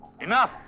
Enough